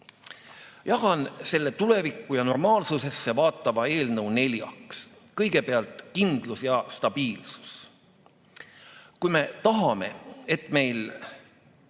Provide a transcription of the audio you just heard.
selle tulevikku ja normaalsusesse vaatava eelnõu neljaks. Kõigepealt, kindlus ja stabiilsus. Kui me tahame, et meil